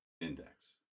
Index